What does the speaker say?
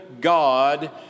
God